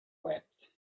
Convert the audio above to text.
wept